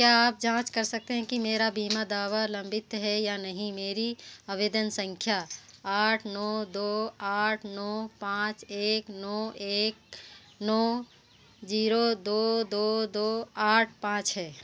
क्या आप जाँच सकते हैं कि मेरा बीमा दावा लंबित है या नहीं मेरी आवेदन संख्या आठ नौ दो आठ नौ पाँच एक नौ एक नौ जीरो दो दो दो आठ पाँच है